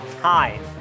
time